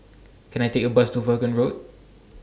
Can I Take A Bus to Vaughan Road